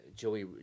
Joey